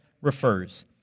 refers